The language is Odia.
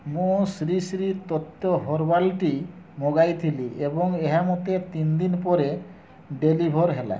ମୁଁ ଶ୍ରୀ ଶ୍ରୀ ତତ୍ତ୍ଵ ହର୍ବାଲ୍ ଟି ମଗାଇଥିଲି ଏବଂ ଏହା ମୋତେ ତିନିଦିନ ପରେ ଡେଲିଭର୍ ହେଲା